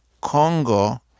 Congo